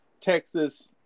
Texas